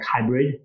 hybrid